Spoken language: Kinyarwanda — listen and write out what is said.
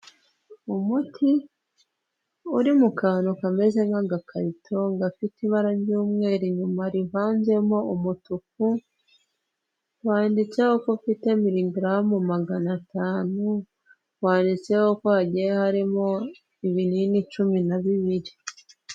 Umuti uri mu kantu kameze nk'agakarito gafite ibara ry'umweru inyuma rivanzemo umutuku, wanditseho ko ufite mili garamu magana atanu, wanditseho ko hagiye harimo ibinini cumi na bibiri.